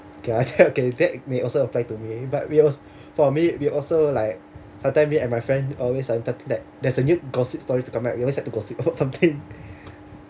okay that may also apply to me but we also for me we will also like sometime me and my friend always I tell them that there's a new gossip story to come out we always like to gossip about something